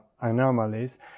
anomalies